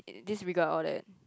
disregard all that